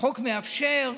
החוק מאפשר,